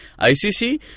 ICC